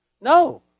No